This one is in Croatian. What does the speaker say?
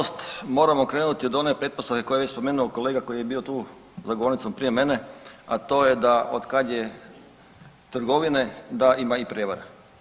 Nažalost moramo krenuti od one pretpostavke koju je već spomenuo kolega koji je bio tu za govornicom prije mene, a to je da od kad je trgovine da ima i prijevare.